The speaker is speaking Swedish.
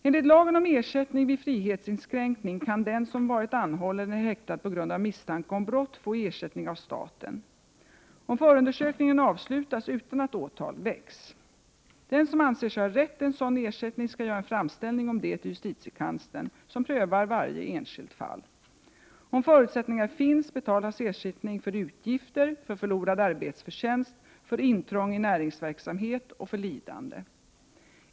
Enligt lagen om ersättning vid frihetsinskränkning kan den som varit anhållen eller häktad på grund av misstanke om brott få ersättning av staten, om förundersökningen avslutas utan att åtal väcks. Den som anser sig ha rätt till en sådan ersättning skall göra en framställning om detta till justitiekanslern, som prövar varje enskilt fall. Om förutsättningar finns, betalas ersättning för utgifter, för förlorad arbetsförtjänst, för intrång i näringsverksamhet och för lidande.